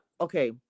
okay